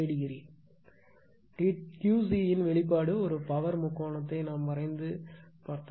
Qc இன் வெளிப்பாடு ஒரு பவர் முக்கோணத்தை வரைந்து செய்யுங்கள்